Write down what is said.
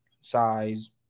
size